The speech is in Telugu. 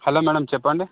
హలో మ్యాడం చెప్పండి